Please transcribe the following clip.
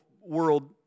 world